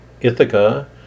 Ithaca